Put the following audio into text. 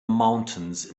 mountains